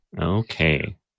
Okay